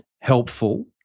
helpful